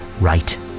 right